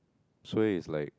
suay is like